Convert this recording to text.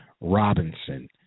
Robinson